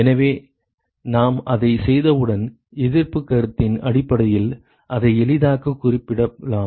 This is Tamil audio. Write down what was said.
எனவே நாம் அதைச் செய்தவுடன் எதிர்ப்புக் கருத்தின் அடிப்படையில் அதை எளிதாகக் குறிப்பிடலாம்